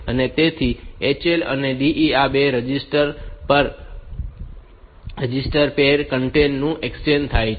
તેથી HL અને DE આ 2 રજીસ્ટર્ડ પૅર કન્ટેન્ટ નું એક્સચેન્જ થાય છે